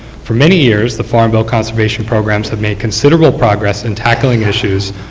for many years the farm bill conservation programs have made considerable progress in tackling issues.